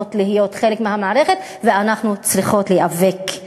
מוכנות להיות חלק מהמערכת ואנחנו צריכות להיאבק.